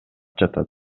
жатат